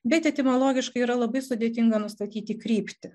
bet etimologiškai yra labai sudėtinga nustatyti kryptį